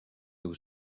aux